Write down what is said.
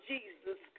Jesus